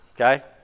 Okay